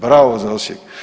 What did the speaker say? Bravo za Osijek.